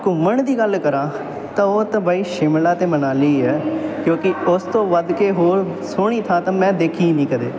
ਘੁੰਮਣ ਦੀ ਗੱਲ ਕਰਾਂ ਤਾਂ ਉਹ ਤਾਂ ਬਈ ਸ਼ਿਮਲਾ ਅਤੇ ਮਨਾਲੀ ਹੈ ਕਿਉਂਕਿ ਉਸ ਤੋਂ ਵੱਧ ਕੇ ਹੋਰ ਸੋਹਣੀ ਥਾਂ ਤਾਂ ਮੈਂ ਦੇਖੀ ਹੀ ਨਹੀਂ ਕਦੇ